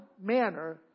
manner